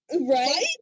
Right